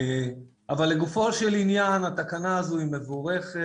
אבל לגופו של עניין, התקנה הזאת היא מבורכת.